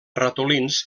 ratolins